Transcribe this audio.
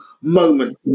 moment